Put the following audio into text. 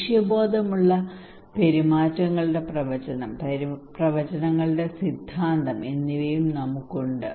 ലക്ഷ്യബോധമുള്ള പെരുമാറ്റങ്ങളുടെ പ്രവചനം പ്രവചനങ്ങളുടെ സിദ്ധാന്തം എന്നിവയും നമുക്കുണ്ട്